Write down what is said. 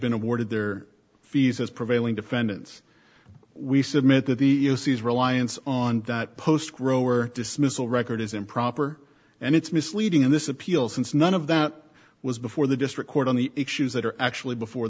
been awarded their fees as prevailing defendants we submit that the e e o c is reliance on that post grower dismissal record is improper and it's misleading in this appeal since none of that was before the district court on the issues that are actually before